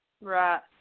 Right